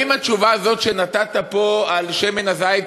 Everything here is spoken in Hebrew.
האם התשובה הזאת שנתת פה על שמן הזית,